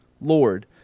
Lord